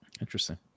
Interesting